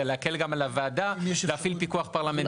וגם כדי להקל על הוועדה להפעיל פיקוח פרלמנטרי.